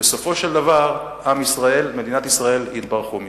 ובסופו של דבר עם ישראל ומדינת ישראל יתברכו מזה.